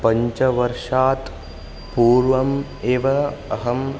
पञ्चवर्षात् पूर्वम् एव अहं